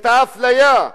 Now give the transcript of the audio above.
את האפליה,